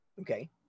Okay